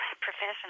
Professional